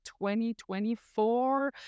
2024